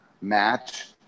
match